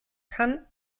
kann